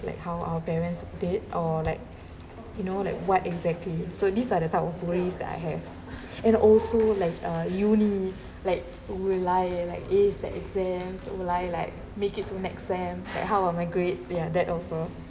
like how our parents date or like you know like what exactly so these are the type of worries that I have and also like uh uni like we lie like ace the exams we lie like make it to next sem at how are my grades ya that also